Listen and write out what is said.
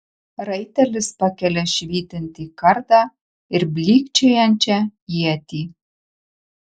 raitelis pakelia švytintį kardą ir blykčiojančią ietį